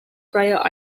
prior